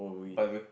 but would